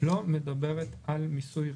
לא מדברת על מיסוי רציף.